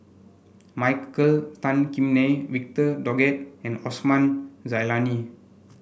Michael Tan Kim Nei Victor Doggett and Osman Zailani